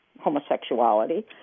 homosexuality